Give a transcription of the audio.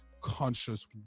conscious